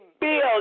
build